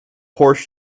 horse